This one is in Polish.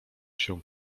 się